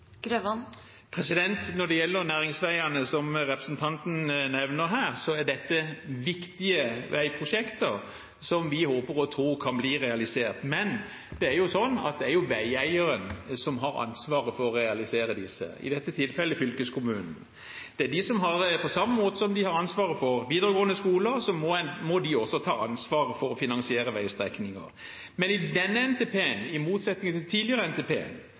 Når det gjelder næringsveiene som representanten nevner, er dette viktige veiprosjekter som vi håper og tror kan bli realisert. Men det er veieieren som har ansvaret for å realisere disse, i dette tilfellet fylkeskommunen. På samme måte som de har ansvaret for videregående skoler, må de også ta ansvaret for å finansiere veistrekninger. I denne NTP-en – i motsetning til tidligere